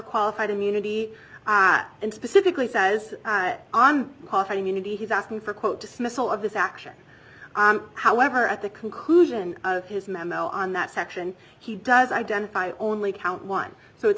qualified immunity and specifically says on qualified immunity he's asking for quote dismissal of this action however at the conclusion of his memo on that section he does identify only count one so it's